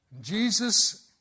Jesus